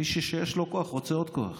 מישהו שיש לו כוח רוצה עוד כוח.